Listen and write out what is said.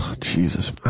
Jesus